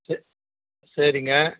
சரி சரிங்க